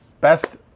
best